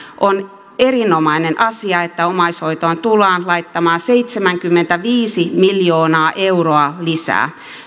on erinomainen asia että omaishoitoon tullaan laittamaan seitsemänkymmentäviisi miljoonaa euroa lisää